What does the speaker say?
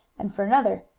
and, for another,